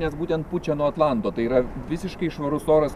nes būtent pučia nuo atlanto tai yra visiškai švarus oras